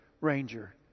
Ranger